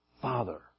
Father